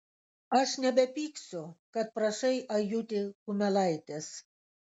aš nebepyksiu kad prašai ajutį kumelaitės